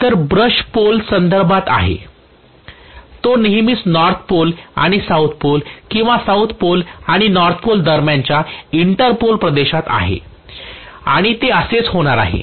तर brush pole संदर्भात आहे तो नेहमी नॉर्थ पोल आणि साऊथ पोल किंवा साऊथ पोल किंवा नॉर्थ पोल दरम्यानच्या इंटरपोल प्रदेशात असेल आणि ते असेच होणार आहे